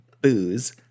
booze